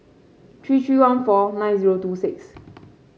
three three one four nine zero two six